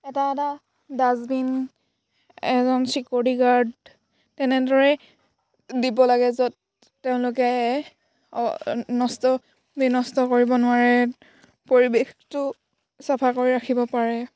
এটা এটা ডাষ্টবিন এজন ছিকোৰিটি গাৰ্ড তেনেদৰেই দিব লাগে য'ত তেওঁলোকে নষ্ট বিনষ্ট কৰিব নোৱাৰে পৰিৱেশটো চাফা কৰি ৰাখিব পাৰে